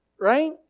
right